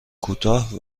کوتاه